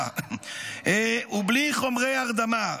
ובלי חומרי הרדמה.